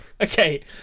Okay